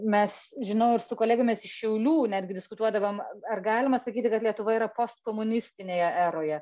mes žinau ir su kolegėmis iš šiaulių netgi diskutuodavom ar galima sakyti kad lietuva yra postkomunistinėje eroje